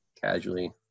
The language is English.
casually